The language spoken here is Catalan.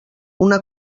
una